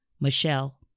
Michelle